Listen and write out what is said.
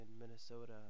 Minnesota